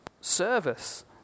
service